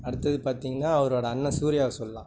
அடுத்தது பார்த்திங்கனா அவரோடய அண்ணன் சூர்யாவை சொல்லலாம்